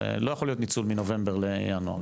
לא יכול להיות ניצול מנובמבר לינואר,